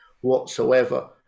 whatsoever